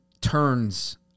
turns